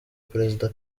perezida